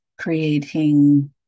Creating